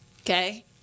Okay